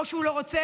או שהוא לא רוצה,